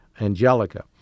Angelica